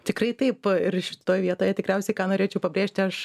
tikrai taip ir šitoj vietoje tikriausiai ką norėčiau pabrėžti aš